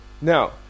Now